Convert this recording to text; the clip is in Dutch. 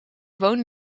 woon